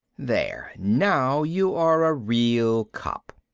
there, now you are a real cop.